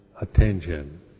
attention